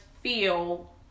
feel